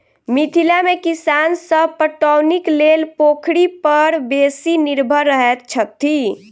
मिथिला मे किसान सभ पटौनीक लेल पोखरि पर बेसी निर्भर रहैत छथि